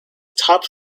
topped